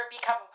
become